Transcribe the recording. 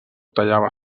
tallava